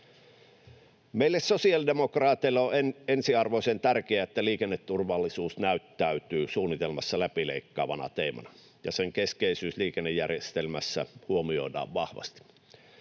Meille sosiaalidemokraateille on ensiarvoisen tärkeää, että liikenneturvallisuus näyttäytyy suunnitelmassa läpileikkaavana teemana ja sen keskeisyys liikennejärjestelmässä huomioidaan vahvasti.